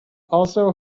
also